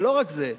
ולא רק זה,